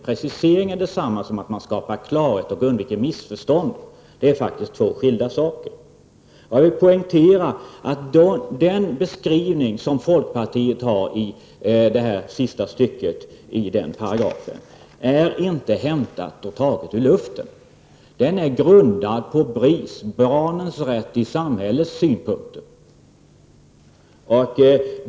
Precisering är detsamma som att man skapar klarhet och undviker missförstånd. Det är faktiskt två skilda saker. Jag vill poängtera att den beskrivning som folkpartiet har i sista stycket när det gäller den här paragrafen inte är tagen ur luften. Den är grundad på BRIS, Barnens rätt i samhället, synpunkter.